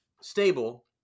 stable